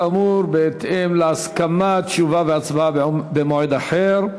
כאמור, בהתאם להסכמה, תשובה והצבעה במועד אחר.